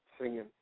singing